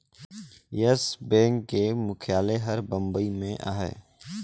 yes Bank के मुख्यालय हर बंबई में अहे